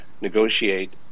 negotiate